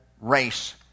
race